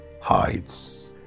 hides